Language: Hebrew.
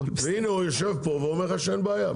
והנה, הוא יושב פה ואומר לך שאין בעיה.